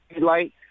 light